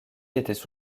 étaient